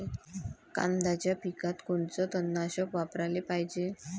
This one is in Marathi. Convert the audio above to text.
कांद्याच्या पिकात कोनचं तननाशक वापराले पायजे?